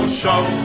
show